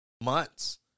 months